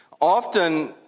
Often